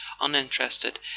uninterested